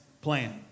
plan